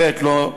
ג.